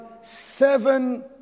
seven